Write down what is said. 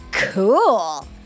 Cool